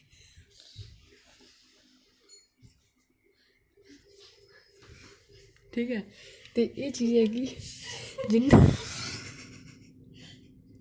ठीक ऐ ते एह् चीज आसेंगी जि'यां